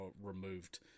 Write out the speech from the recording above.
removed